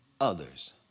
others